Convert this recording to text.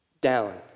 down